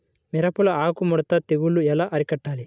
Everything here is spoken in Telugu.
మిరపలో ఆకు ముడత తెగులు ఎలా అరికట్టాలి?